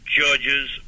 judges